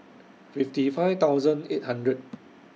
fifty five thousand eight hundred